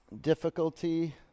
difficulty